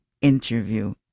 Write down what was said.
interview